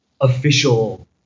official